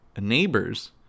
neighbors